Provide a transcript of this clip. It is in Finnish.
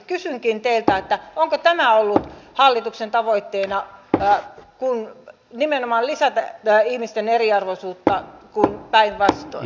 kysynkin teiltä onko tämä ollut hallituksen tavoitteena nimenomaan lisätä ihmisten eriarvoisuutta eikä päinvastoin